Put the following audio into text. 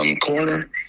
corner